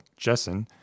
Jessen